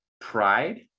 Pride